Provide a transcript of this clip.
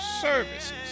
services